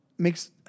makes